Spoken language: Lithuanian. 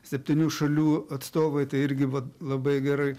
septynių šalių atstovai tai irgi vat labai gerai